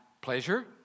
pleasure